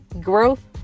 growth